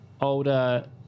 older